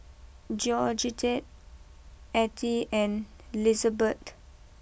Georgette Attie and Lizabeth